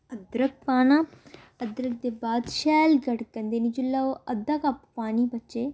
अदरक पाना अदरक दे बाद शैल गड़कन देनी जेल्लै ओह् अद्धा कप्प पानी बचे